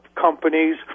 companies